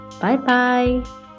Bye-bye